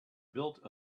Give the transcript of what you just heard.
built